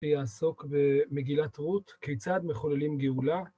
ויעסוק במגילת רות כיצד מחוללים גאולה.